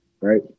right